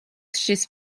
šis